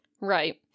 Right